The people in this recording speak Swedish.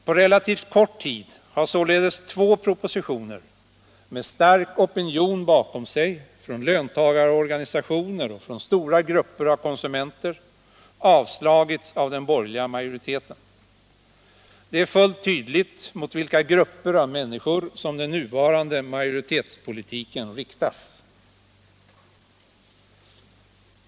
På relativt kort tid har således två propositioner med stark opinion bakom sig från löntagarorganisationer och från stora grupper av konsumenter avslagits av den borgerliga majoriteten. Det är fullt tydligt mot vilka grupper av människor som den nuvarande majoritetspolitiken riktas.